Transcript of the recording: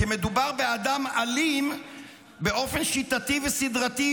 כי מדובר באדם אלים באופן שיטתי וסדרתי,